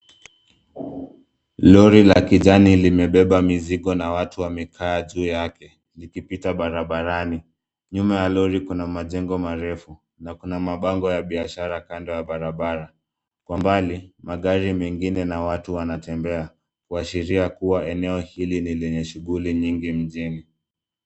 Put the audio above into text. Lori la kijani limebeba mizigo na watu wamekaa juu yake likipita barabarani. Nyuma ya lori kuna majengo marefu na kuna mabango ya biashara kando ya bararabara. Kwa mbali magari mengine na watu wanatembea kuashiria kuwa eneo hili ni lenye shughuli nyingi mjini.